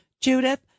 Judith